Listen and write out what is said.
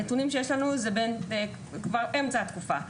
הנתונים שיש לנו הם כבר מאמצע התקופה,